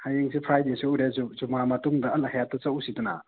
ꯍꯌꯦꯡꯁꯦ ꯐ꯭ꯔꯥꯏꯗꯦ ꯁꯨꯨ ꯑꯣꯏꯔꯦ ꯖꯨ ꯖꯨꯃꯥ ꯃꯇꯨꯡꯗ ꯑꯜ ꯍꯌꯥꯠ ꯇ ꯆꯧꯁꯤꯗꯅ